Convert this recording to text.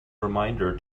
reminder